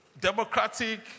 democratic